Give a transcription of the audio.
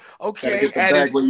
Okay